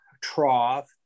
trough